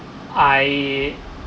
I